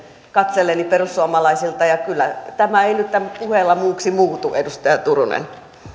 katselleeni perussuomalaisilta ja kyllä tämä ei nyt puheella muuksi muutu edustaja turunen